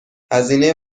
هزینه